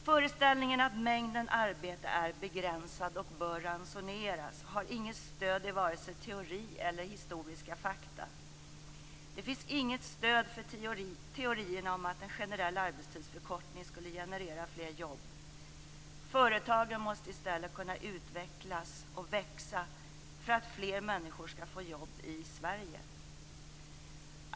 Föreställningen att mängden arbete är begränsad och bör ransoneras har inget stöd i vare sig teori eller historiska fakta. Det finns inget stöd för teorierna om att en generell arbetstidsförkortning skulle generera fler jobb. Företagen måste i stället kunna utvecklas och växa för att fler människor skall få jobb i Sverige.